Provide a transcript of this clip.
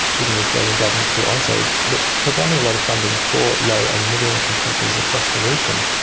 even the australian government through ausaid that's providing a lot of funding for low and middle income countries across the region.